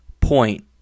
point